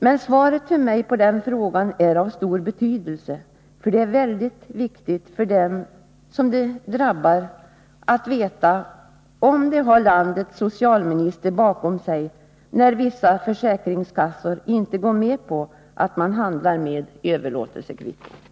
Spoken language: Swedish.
Men för mig är svaret på den frågan av stor betydelse, för det är väldigt viktigt för dem som det gäller att veta om de har landets socialminister bakom sig när vissa försäkringskassor inte går med på att man handlar med överlåtelsekvitton.